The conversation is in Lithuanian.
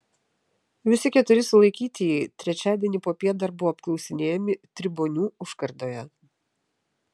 visi keturi sulaikytieji trečiadienį popiet dar buvo apklausinėjami tribonių užkardoje